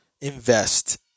invest